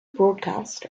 broadcast